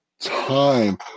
time